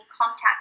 contact